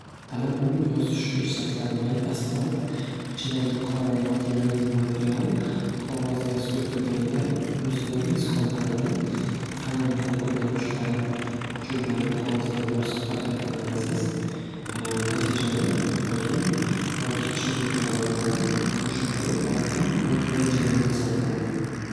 Qalam bu yozish uchun ishlatiladigan asbob ichidagi qora yoki rangli material qog'ozga surtilganda o'zida iz qoldiradi. Qalamni qo'lda ushlab uchi bilan qog'ozga bosib harakatlantirasiz. Natijada yozuv yoki chizuv paydo bo'ladi. Bu shunday oddiy va qulay jarayon hisoblanadi.